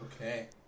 Okay